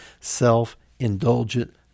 self-indulgent